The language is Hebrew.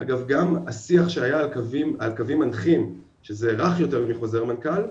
אגב גם השיח שהיה על קווים מנחים שזה רך יותר מחוזר מנכ"ל,